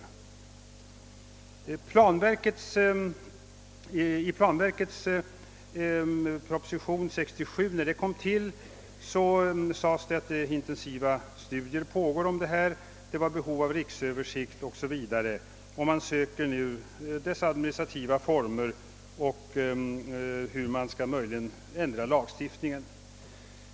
I den proposition där inrättandet av planverket föreslogs år 1967 hette det att intensiva studier pågick, att det förelåg behov av en riksöversikt samt att man sökte administrativa former och utredde hur man möjligen skulle ändra lagstiftningen.